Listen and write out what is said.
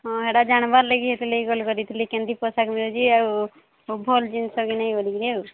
ହଁ ସେଟା ଜାଣିବାର ଲାଗି ସେଥିଲାଗି କଲ୍ କରିଥିଲି କେମିତି ପୋଷାକ ମିଳୁଛି ଆଉ ଭଲ ଜିନିଷ କି ନାଇଁ ବୋଲିକି ଆଉ